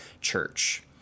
church